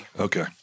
Okay